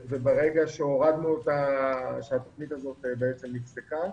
ברגע שהתוכנית הזו נפסקה,